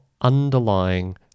underlying